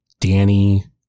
Danny